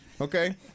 Okay